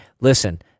listen